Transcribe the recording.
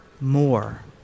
more